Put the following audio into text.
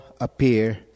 appear